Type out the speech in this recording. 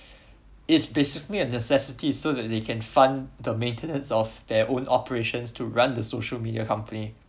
is basically a necessity so that they can fund the maintenance of their own operations to run the social media company